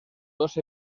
dos